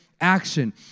action